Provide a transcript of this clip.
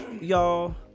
y'all